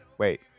Wait